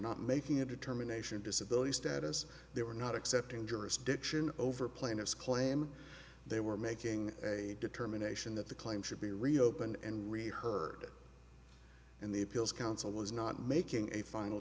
not making a determination disability status they were not accepting jurisdiction over plaintiff's claim they were making a determination that the claim should be reopened and really heard in the appeals council was not making a final